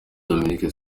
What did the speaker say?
dominique